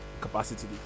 capacity